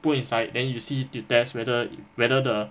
put inside then you see to test whether whether the